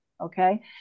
Okay